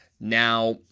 Now